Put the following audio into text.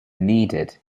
needed